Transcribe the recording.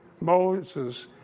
Moses